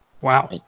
wow